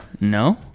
No